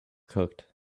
cooked